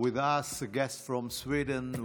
With us guests from Sweden.